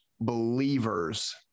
believers